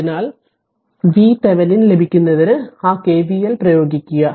അതിനാൽ r V Thevenin ലഭിക്കുന്നതിന് ആ KVL പ്രയോഗിക്കുക